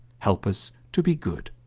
help us to be good